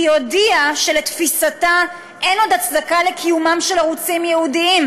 הודיעה שלתפיסתה אין עוד הצדקה לקיומם של ערוצים ייעודיים,